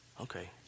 Okay